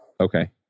Okay